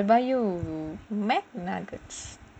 okay okay I buy you a McNuggets